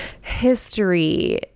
history